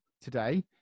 today